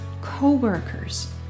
co-workers